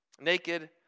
naked